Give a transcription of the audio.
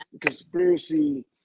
conspiracy